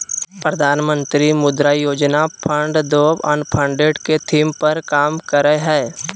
प्रधानमंत्री मुद्रा योजना फंड द अनफंडेड के थीम पर काम करय हइ